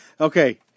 Okay